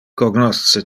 cognosce